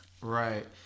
Right